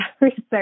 research